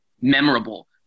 memorable